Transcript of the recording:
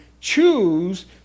Choose